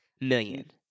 million